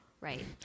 right